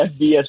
FBS